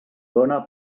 dóna